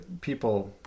people